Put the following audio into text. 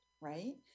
right